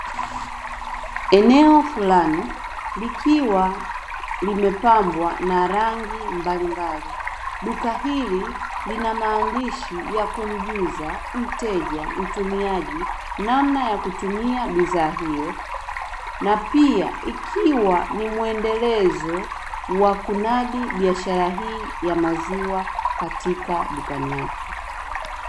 Eneo flani likiwa limepambwa na rangi mbalimbali duka hili lina maandishi ya kumjuza mteja, mtumiaji namna ya kutumia bidhaa hiyo, na pia ikiwa ni mwendelezo wa kunadi biashara hii ya maziwa katika dukani hapa.